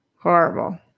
Horrible